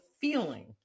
feeling